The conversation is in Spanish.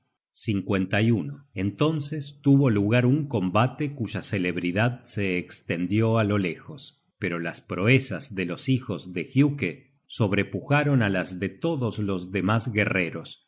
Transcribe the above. esto sin temblar entonces tuvo lugar un combate cuya celebridad se estendió á lo lejos pero las proezas de los hijos de giuke sobrepujaron á las de todos los demas guerreros